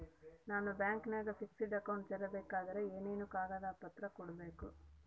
ನಾನು ಬ್ಯಾಂಕಿನಾಗ fixed account ತೆರಿಬೇಕಾದರೆ ಏನೇನು ಕಾಗದ ಪತ್ರ ಕೊಡ್ಬೇಕು?